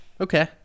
Okay